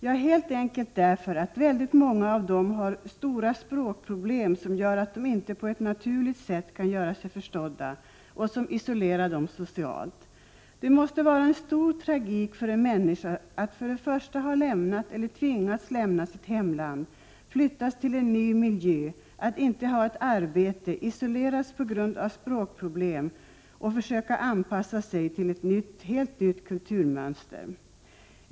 Jo, helt enkelt därför att väldigt många av dem har stora språkproblem, som gör att de inte på ett naturligt sätt kan göra sig förstådda och som isolerar dem socialt. Det måste vara en stor tragik för en människa att ha lämnat eller ha tvingats lämna sitt hemland, och flytta till en ny miljö, inte ha ett arbete, isoleras på grund av språkproblem och försöka anpassa sig till ett helt nytt kulturmönster.